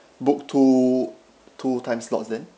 book two two time slots then